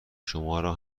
شمارو